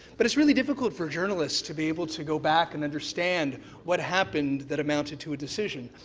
but it's really difficult for journalists to be able to go back and understand what happened that amounted to a decision.